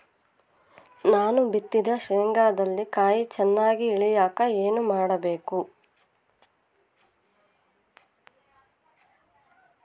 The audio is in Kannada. ನಾನು ಬಿತ್ತಿದ ಶೇಂಗಾದಲ್ಲಿ ಕಾಯಿ ಚನ್ನಾಗಿ ಇಳಿಯಕ ಏನು ಮಾಡಬೇಕು?